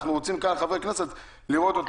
אנחנו רוצים לראות אותו.